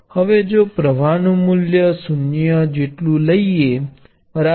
હવે જો પ્રવાહ નું મૂલ્ય 0 જેટલું લઈએ બરાબર